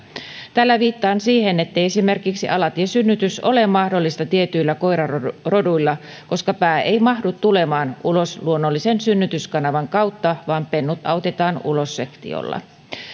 tällä viittaan siihen ettei esimerkiksi alatiesynnytys ole mahdollista tietyillä koiraroduilla koska pää ei mahdu tulemaan ulos luonnollisen synnytyskanavan kautta vaan pennut autetaan ulos sektiolla